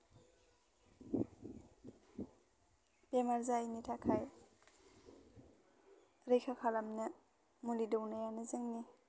बेमार जायैनि थाखाय रैखा खालानो मुलि दौनायानो जोंनि